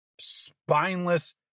spineless